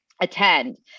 attend